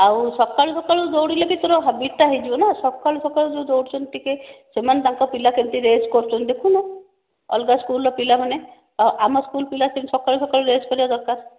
ଆଉ ସକାଳୁ ସକାଳୁ ଦୌଡ଼ିଲେ କି ତୋର ହେବିଟ ଟା ହେଇଯିବ ନା ସକାଳୁ ସକାଳୁ ଯେଉଁ ଦୌଡ଼ୁଛନ୍ତି ଟିକେ ସେମାନେ ତାଙ୍କ ପିଲା କେମିତି ରେସ କରୁଛନ୍ତି ଦେଖୁନୁ ଅଲଗା ସ୍କୁଲର ପିଲାମାନେ ଆଉ ଆମ ସ୍କୁଲ ପିଲା ସେମିତି ସକାଳୁ ସକାଳୁ ରେସ କରିବା ଦରକାର